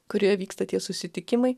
kurioje vyksta tie susitikimai